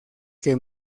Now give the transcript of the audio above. que